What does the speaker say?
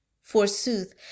forsooth